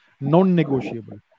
non-negotiable